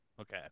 Okay